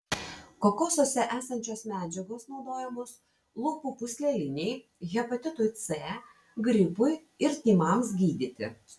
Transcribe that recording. kokosuose esančios medžiagos naudojamos lūpų pūslelinei hepatitui c gripui ir tymams gydyti